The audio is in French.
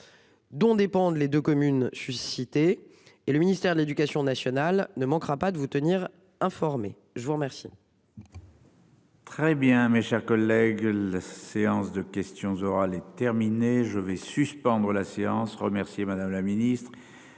Dont dépendent les deux communes. Je suis cité et le ministère de l'Éducation nationale ne manquera pas de vous tenir informé. Je vous remercie.